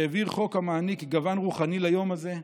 שהעביר חוק המעניק גוון רוחני ליום הזה,